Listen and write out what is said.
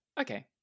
Okay